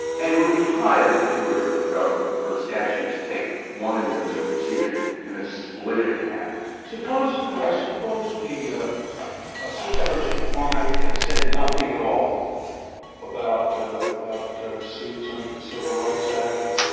and it would be highly peculiar for the government for the statute to take one administrative proceeding and then split it in half suppose suppose the civil service reform act had said nothing at all about about suits under the civil rights act,